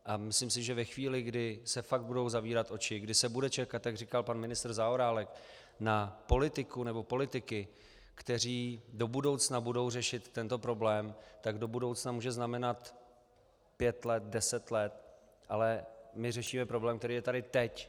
A myslím si, že ve chvíli, kdy se fakt budou zavírat oči, kdy se bude čekat, jak říkal pan ministr Zaorálek, na politiku nebo politiky, kteří budou do budoucna řešit tento problém, tak do budoucna může znamenat pět let, deset let, ale my řešíme problém, který je tady teď.